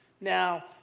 Now